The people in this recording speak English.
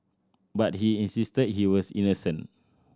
but he insisted he was innocent